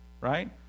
right